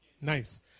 Nice